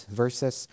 versus